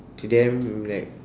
to them I'm like